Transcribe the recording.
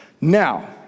Now